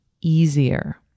easier